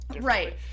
right